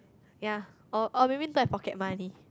ya or or maybe don't have pocket money